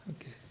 Okay